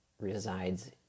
resides